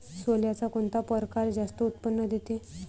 सोल्याचा कोनता परकार जास्त उत्पन्न देते?